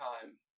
time